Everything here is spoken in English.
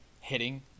hitting